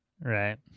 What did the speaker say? Right